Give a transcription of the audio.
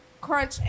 crunch